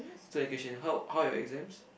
still education how how your exams